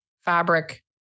fabric